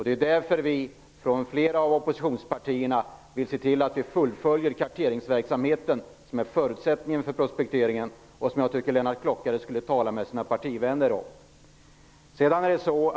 Det är därför som flera av oppositionspartierna vill se till att karteringsverksamheten fullföljs. Den är nämligen en förutsättning för prospekteringen. Jag tycker att Lennart Klockare skall tala med sina partivänner om den saken.